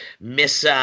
Miss